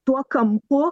tuo kampu